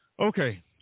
Okay